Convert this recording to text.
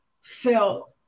felt